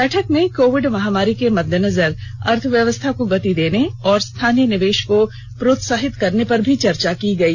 बैठक में कोविड महामारी के मद्देनजर अर्थव्यवस्था को गति देने और स्थानीय निवेश को प्रोत्साहित करने पर भी चर्चा की गई